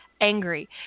angry